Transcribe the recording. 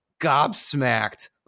gobsmacked